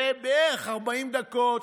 ובערך 40 דקות,